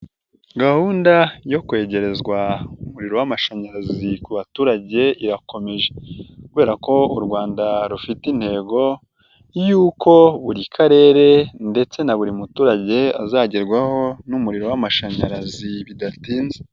Gahunda yo kwegerezwa umuriro w'amashanyarazi ku baturage irakomeje kubera ko u Rwanda rufite intego y'uko buri Karere ndetse na buri muturage azagerwaho n'umuriro w'amashanyarazi bidatinze.